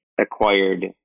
acquired